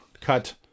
Cut